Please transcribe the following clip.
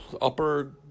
upper